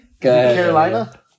Carolina